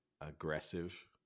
aggressive